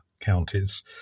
counties